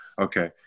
Okay